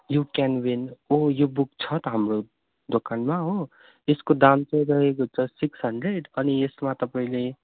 you can win ओ यो book छ त हाम्रो दोकानमा हो यसको दाम चाहिँ रहेको छ सिक्स हन्ड्रेड अनि यसमा तपाईँले